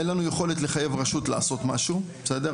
אין לנו יכולת לחייב רשות לעשות משהו בסדר?